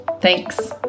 Thanks